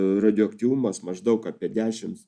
radioaktyvumas maždaug apie dešims